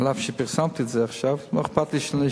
אף שפרסמתי את זה עכשיו, לא אכפת לי שייערכו.